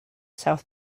south